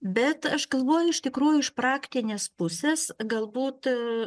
bet aš kalbu iš tikrųjų iš praktinės pusės galbūt